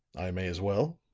i may as well.